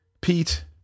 pete